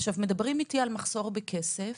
מדברים איתי על מחסור בכסף,